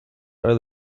are